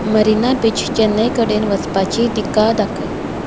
Marina beach Chennai कडेन वचपाची दिका दाखय